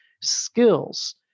skills